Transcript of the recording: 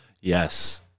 Yes